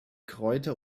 kräuter